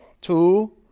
Two